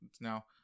now